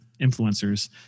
influencers